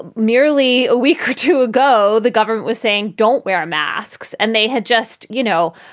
merely a week or two ago, the government was saying, don't wear masks and they had just, you know,